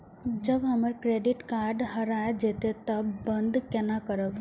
जब हमर credit card हरा जयते तब बंद केना करब?